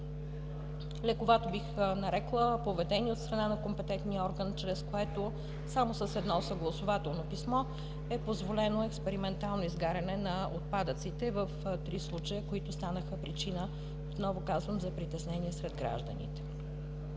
лековато, бих нарекла, поведение от страна на компетентния орган, чрез което само с едно съгласувателно писмо е позволено експериментално изгаряне на отпадъците в три случая, които станаха причина, отново казвам, за притеснение сред гражданите.